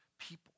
people